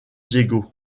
diego